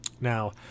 now